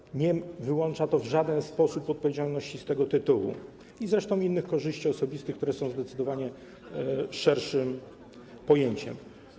Ustawa nie wyłącza w żaden sposób odpowiedzialności z tego tytułu, ani zresztą z tytułu innych korzyści osobistych, które są zdecydowanie szerszym pojęciem.